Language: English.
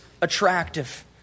attractive